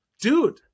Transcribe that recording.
dude